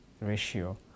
Ratio